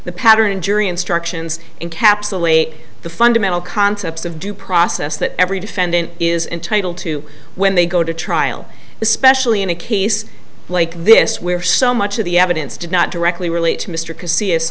the pattern and jury instructions encapsulate the fundamental concepts of due process that every defendant is entitled to when they go to trial especially in a case like this where so much of the evidence did not directly relate to mr cossey s